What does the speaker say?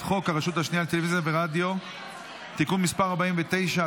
להעביר את הצעת חוק הרשות השנייה לטלוויזיה ורדיו (תיקון מס' 49),